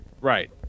Right